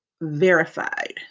verified